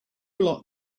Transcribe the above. locked